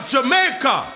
Jamaica